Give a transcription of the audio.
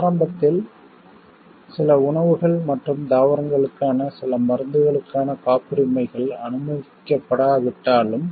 ஆரம்பத்தில் சில உணவுகள் மற்றும் தாவரங்களுக்கான சில மருந்துகளுக்கான காப்புரிமைகள் அனுமதிக்கப்படாவிட்டாலும்